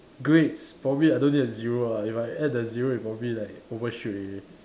grades probably I don't need a zero ah if I add the zero it'll probably like over shoot already